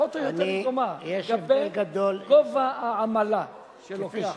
פחות או יותר דומה, כלפי גובה העמלה שנלקחת.